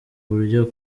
buryo